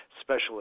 special